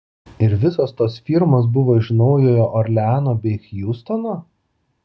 ir visos tos firmos buvo iš naujojo orleano bei hjustono